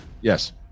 yes